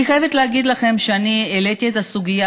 אני חייבת להגיד לכם שאני העליתי את הסוגיה